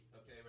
Okay